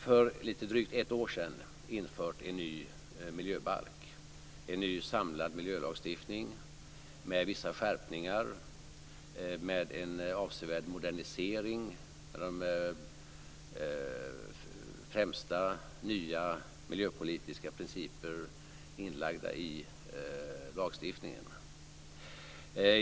För lite drygt ett år sedan införde vi ju en ny miljöbalk, en ny samlad miljölagstiftning, med vissa skärpningar och en avsevärd modernisering. De främsta nya miljöpolitiska principerna finns inlagda i lagstiftningen.